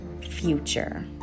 future